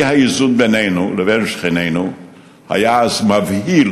האי-איזון בינינו לבין שכנינו היה אז מבהיל,